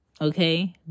okay